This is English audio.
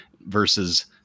versus